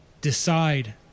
decide